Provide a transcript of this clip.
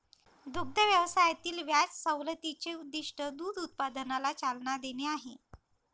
दुग्ध व्यवसायातील व्याज सवलतीचे उद्दीष्ट दूध उत्पादनाला चालना देणे आहे